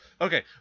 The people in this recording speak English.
Okay